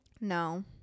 No